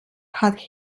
hat